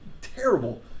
terrible